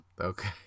Okay